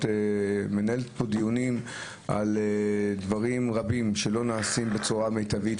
מנהלת פה דיונים על דברים רבים שלא נעשים בצורה מיטבית,